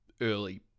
early